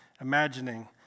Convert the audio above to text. imagining